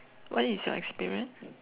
what is your experience